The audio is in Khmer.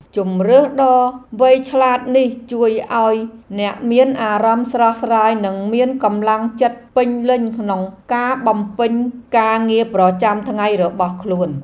ជម្រើសដ៏វៃឆ្លាតនេះជួយឱ្យអ្នកមានអារម្មណ៍ស្រស់ស្រាយនិងមានកម្លាំងចិត្តពេញលេញក្នុងការបំពេញការងារប្រចាំថ្ងៃរបស់ខ្លួន។